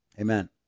Amen